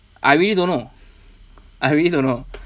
I really don't know I really don't know